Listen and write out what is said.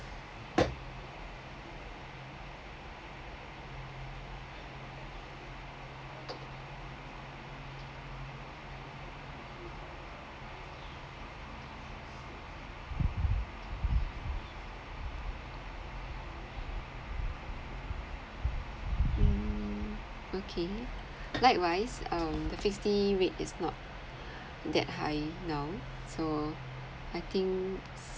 mm okay likewise um the fixed D rate is not that high now so I think